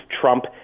Trump